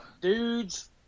dudes